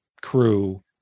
crew